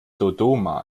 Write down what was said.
dodoma